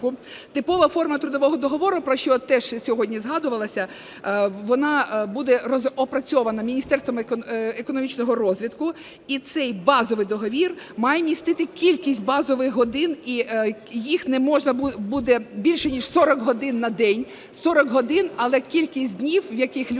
Типова форма трудового договору, про що теж сьогодні згадувалося, вона буде опрацьована Міністерством економічного розвитку, і цей базовий договір має містити кількість базових годин і їх не можна буде більш ніж 40 годин на день, 40 годин, але кількість днів, в яких люди